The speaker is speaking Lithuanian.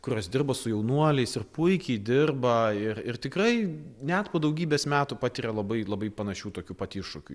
kurios dirba su jaunuoliais ir puikiai dirba ir ir tikrai net po daugybės metų patiria labai labai panašių tokių pat iššūkių